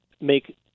make